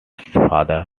father